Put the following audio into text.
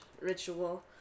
ritual